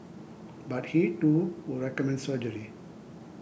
but he too would recommend surgery